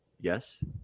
yes